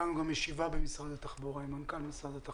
הייתה לנו גם ישיבה במשרד התחבורה עם המנכ"ל והייתה